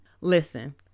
Listen